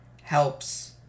helps